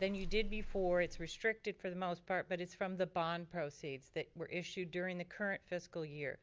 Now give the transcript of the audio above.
than you did before. it's restricted for the most part but it's from the bond proceeds, that were issued during the current fiscal year.